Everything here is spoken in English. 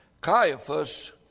Caiaphas